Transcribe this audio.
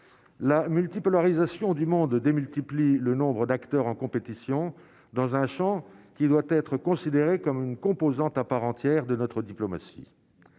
la multipolarisation du monde démultiplient le nombre d'acteurs en compétition dans un Champ qui doit être considéré comme une composante à part entière de notre diplomatie,